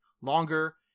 longer